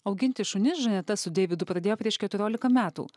auginti šunis žaneta su deividu pradėjo prieš keturiolika metų